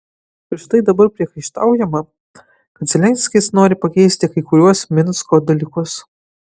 ir štai dabar priekaištaujama kad zelenskis nori pakeisti kai kuriuos minsko dalykus